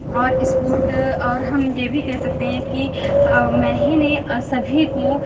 और स्पोर्ट और हम ये भी कह सकते हैं कि मैं ही नहीं सभी को